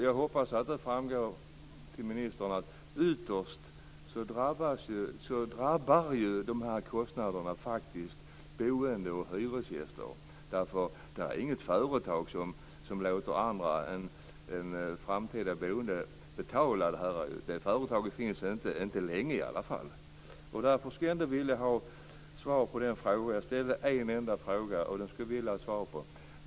Jag hoppas att ministern inser att de här kostnaderna ytterst drabbar boende och hyresgäster. Inget företag låter några andra än de framtida boende betala det här. Ett sådant företag skulle inte finnas kvar länge. Jag skulle vilja få svar på den fråga som jag ställt.